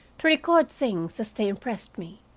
to record things as they impressed me.